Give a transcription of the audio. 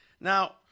Now